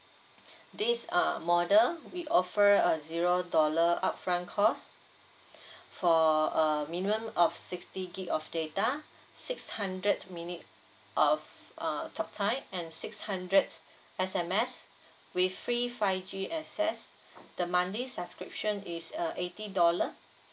this uh model we offer a zero dollar upfront cost for a minimum of sixty gig of data six hundred minutes of uh talk time and six hundred S_M_S with free five G access the monthly subscription is uh eighty dollar